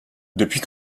depuis